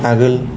आगोल